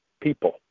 people